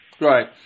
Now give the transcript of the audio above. Right